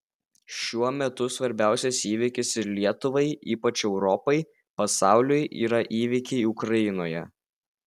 šiuo metu svarbiausias įvykis ir lietuvai ypač europai pasauliui yra įvykiai ukrainoje